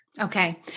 Okay